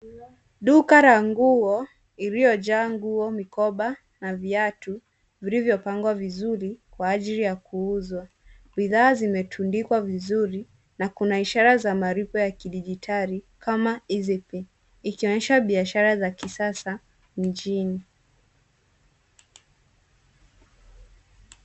Duka la nguo iliyojaa nguo, mikoba na viatu vilivyopangwa vizuri kwa ajili ya kuuzwa. Bidhaa zimetundikwa vizuri na kuna ishara za malipo ya kidijitali kama easy pay ikionyesha biashara za kisasa mjini.